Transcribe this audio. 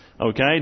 Okay